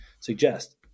suggest